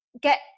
get